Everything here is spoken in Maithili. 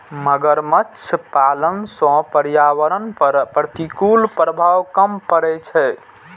मगरमच्छ पालन सं पर्यावरण पर प्रतिकूल प्रभाव कम पड़ै छै